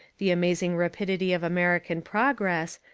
the amazing rapidity of american progress,